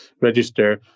register